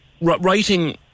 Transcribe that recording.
writing